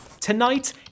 Tonight